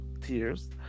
tears